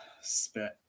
spit